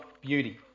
beauty